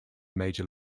major